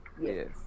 Yes